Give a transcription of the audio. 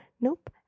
Nope